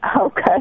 Okay